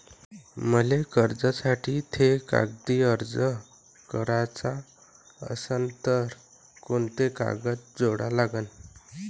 मले कर्जासाठी थे कागदी अर्ज कराचा असन तर कुंते कागद जोडा लागन?